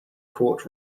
court